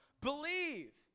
believe